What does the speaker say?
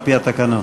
על-פי התקנון.